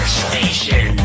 station